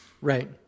Right